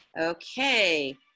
Okay